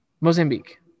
Mozambique